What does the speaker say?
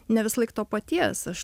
ne visąlaik to paties aš